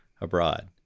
abroad